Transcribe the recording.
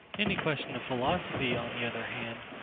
any question of philosophy, on the other hand,